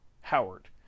Howard